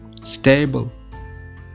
stable